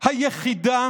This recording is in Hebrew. היחידה